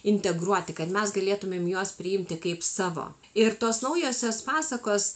integruoti kad mes galėtumėm juos priimti kaip savo ir tos naujosios pasakos